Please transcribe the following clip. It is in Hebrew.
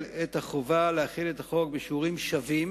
את החובה להחיל את החוק בשיעורים שווים